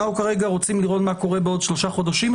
אנחנו כרגע רוצים לראות מה קורה בעוד שלושה חודשים.